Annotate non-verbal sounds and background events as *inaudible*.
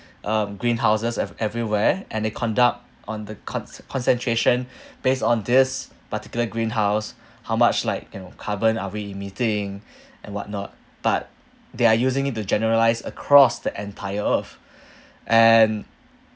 um greenhouses ev~ everywhere and they conduct on the conc~ concentration *breath* based on this particular greenhouse *breath* how much like you know carbon are we emitting *breath* and whatnot but they are using it to generalize across the entire earth *breath* and